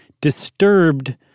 disturbed